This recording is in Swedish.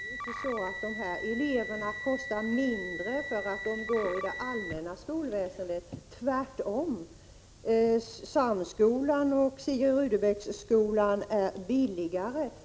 Fru talman! Björn Samuelson gör det lätt för sig. Det är ju inte så att dessa elever kostar mindre därför att de går i det allmänna skolväsendet. Tvärtom - Göteborgs Högre Samskola och Sigrid Rudebecks Gymnasium är billigare.